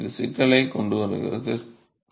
எனவே இது சிக்கல்களைக் கொண்டுவருகிறது